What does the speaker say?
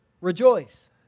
rejoice